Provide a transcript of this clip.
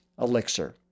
elixir